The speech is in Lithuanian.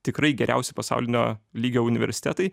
tikrai geriausi pasaulinio lygio universitetai